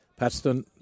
Patston